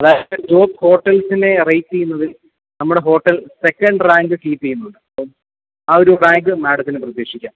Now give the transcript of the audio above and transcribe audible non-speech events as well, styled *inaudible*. അതായത് *unintelligible* ഹോട്ടൽസിനെ റേറ്റ് ചെയ്യുന്നതിൽ നമ്മുടെ ഹോട്ടൽ സെക്കൻഡ് റാങ്ക് കീപ് ചെയ്യുന്നുണ്ട് അപ്പം ആ ഒരു റാങ്ക് മാഡത്തിന് പ്രതീക്ഷിക്കാം